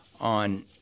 on